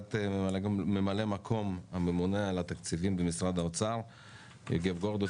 סקירת ממלא מקום הממונה על התקציבים במשרד האוצר יוגב גרדוס,